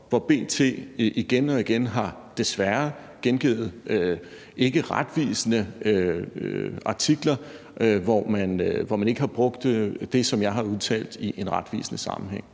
hvor B.T. igen og igen – desværre – har gengivet ting i ikkeretvisende artikler, hvor man ikke har brugt det, som jeg har udtalt, i en retvisende sammenhæng.